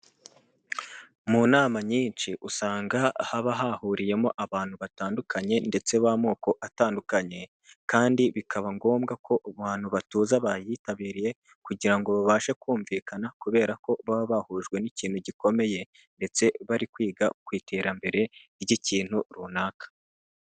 Mu nama nyinshi, usanga haba hahuriyemo abantu batandukanye, ndetse b'amoko atandukanye, kandi bikaba ngombwa ko abantu batuza bayitabiriye, kugira ngo babashe kumvikana, kubera ko baba bahujwe n'ikintu gikomeye, ndetse bari kwiga ku iterambere ry'ikintu runaka.